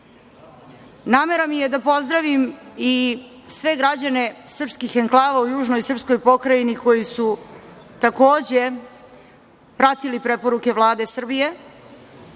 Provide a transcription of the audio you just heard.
namera mi je da pozdravim i sve građane srpskih enklava u južnoj srpskoj pokrajini, koji su takođe pratili preporuke Vlade Srbije,